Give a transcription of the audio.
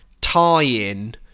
tie-in